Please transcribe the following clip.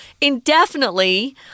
indefinitely